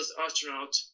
astronaut